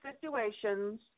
situations